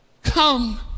Come